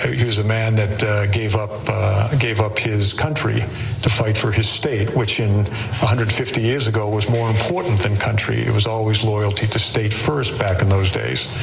he was a man that gave up gave up his country to fight for his state which hundred fifty years ago was more important than country, it was always loyalty to state first back in those days.